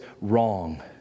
wrong